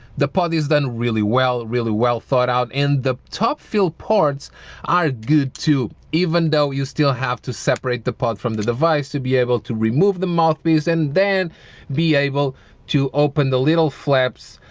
the party is done really well really well thought out in the top feel parts are good too even though you still have to separate the pot from the device to be able to remove the mouthpiece and then be able to open the little flaps.